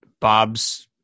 Bob's